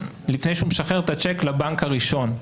לפני שהוא משחרר את הצ'ק לבנק הראשון.